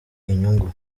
inyungu